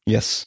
Yes